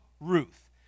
Ruth